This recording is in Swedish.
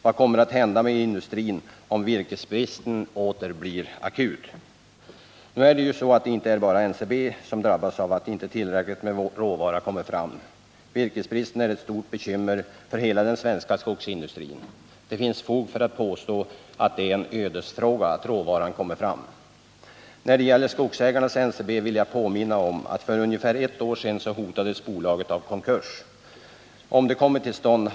Vad kommer att hända med industrin om virkesbristen åter blir akut? Nu är det inte bara NCB som drabbas av att inte tillräckligt med råvara kommer fram. Virkesbristen är ett stort bekymmer för hela den svenska skogsindustrin. Det finns fog för att påstå att det är en ödesfråga att råvaran kommer fram. När det gäller skogsägarnas NCB vill jag påminna om att bolaget för ungefär ett år sedan hotades av konkurs. Om en sådan kommit till stånd.